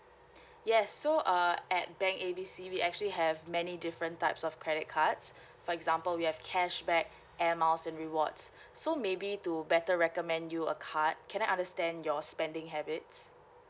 yes so err at bank A B C we actually have many different types of credit cards for example we have cashback air miles and rewards so maybe to better recommend you a card can I understand your spending habits